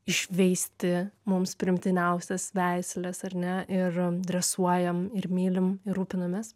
išveisti mums priimtiniausias veisles ar ne ir dresuojam ir mylim ir rūpinamės